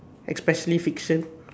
especially fiction